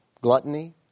Gluttony